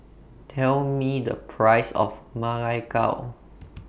Tell Me The Price of Ma Lai Gao